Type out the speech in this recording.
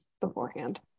beforehand